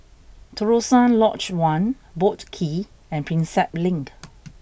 Terusan Lodge One Boat Quay and Prinsep Link